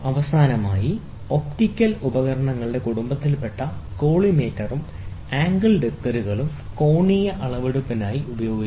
അവസാനമായി ഒപ്റ്റിക്കൽ ഉപകരണങ്ങളുടെ കുടുംബത്തിൽപ്പെട്ട കോളിമേറ്ററും ആംഗിൾ ഡെക്കോറുകളും കോണീയ അളവെടുപ്പിനായി ഉപയോഗിക്കുന്നു